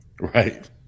Right